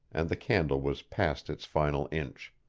and the candle was past its final inch.